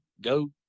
go